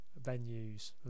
venues